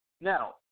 Now